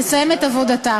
תסיים את עבודתה.